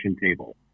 table